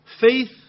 faith